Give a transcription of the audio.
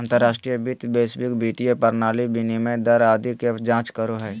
अंतर्राष्ट्रीय वित्त वैश्विक वित्तीय प्रणाली, विनिमय दर आदि के जांच करो हय